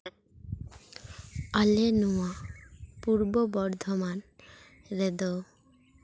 ᱟᱞᱮ ᱱᱚᱣᱟ ᱯᱩᱨᱵᱚ ᱵᱚᱨᱫᱷᱚᱢᱟᱱ ᱨᱮᱫᱚ